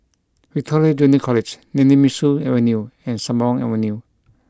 Victoria Junior College Nemesu Avenue and Sembawang Avenue